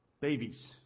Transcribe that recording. babies